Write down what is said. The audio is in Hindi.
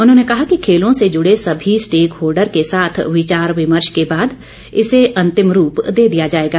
उन्होंने कहा कि खेलों से जुड़े सभी स्टेक होल्डर के साथ विचार विमर्श के बाद इसे अंतिम रूप दे दिया जाएगा